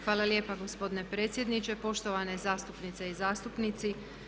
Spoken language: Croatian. Hvala lijepo gospodine predsjedniče, poštovane zastupnice i zastupnici.